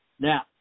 Now